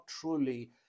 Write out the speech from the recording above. truly